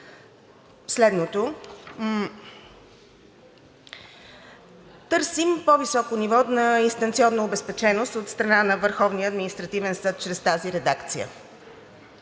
следното: Търсим по-високо ниво на инстанционна обезпеченост от страна на Върховния административен съд чрез тази редакция.